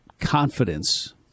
confidence